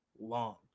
long